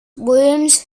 worms